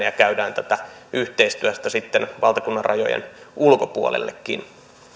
ja käydään tätä yhteistyötä sitten valtakunnan rajojen ulkopuolellakin